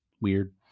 Weird